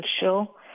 show